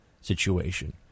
situation